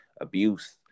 abuse